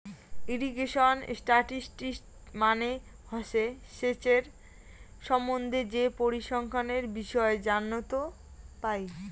irrigation statistics মানে হসে সেচের সম্বন্ধে যে পরিসংখ্যানের বিষয় জানত যাই